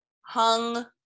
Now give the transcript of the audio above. hung